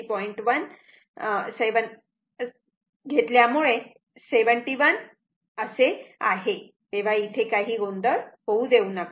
1 असे घेतल्यामुळे 71 आहे तेव्हा इथे काही गोंधळ होऊ देऊ नका